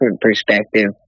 perspective